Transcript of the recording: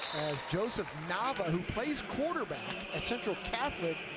joseph nava who plays quarterback at central catholic,